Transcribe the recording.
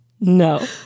No